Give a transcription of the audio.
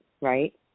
right